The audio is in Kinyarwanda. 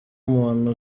umuntu